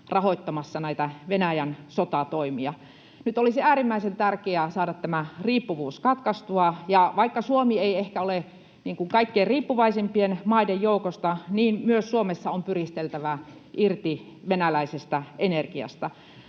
rahoittamassa näitä Venäjän sotatoimia. Nyt olisi äärimmäisen tärkeää saada tämä riippuvuus katkaistua, ja vaikka Suomi ei ehkä ole kaikkein riippuvaisimpien maiden joukossa, niin myös Suomessa on pyristeltävä irti venäläisestä energiasta.